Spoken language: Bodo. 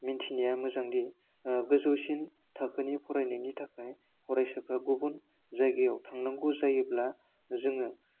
मिनथिनाया मोजांदि गोजौसिन थाखोनि फरायनायनि थाखाय फरायसाफ्रा गुबुन जायगायाव थांनांगौ जायोब्ला जोङो